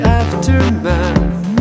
aftermath